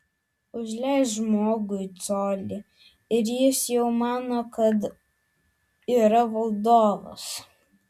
užleisk žmogui colį ir jis jau mano kad yra valdovas